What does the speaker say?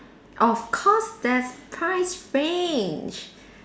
of course there's price range